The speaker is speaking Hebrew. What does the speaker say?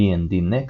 D&D Next,